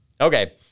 Okay